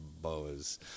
boas